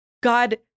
God